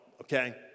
Okay